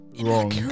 wrong